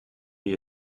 mir